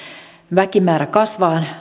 väkimäärä kasvaa